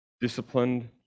disciplined